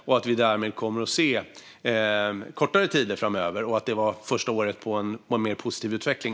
Vi kommer därmed att se kortare tider framöver, och detta var första året på en mer positiv utveckling.